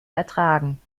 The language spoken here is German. ertragen